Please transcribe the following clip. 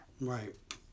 Right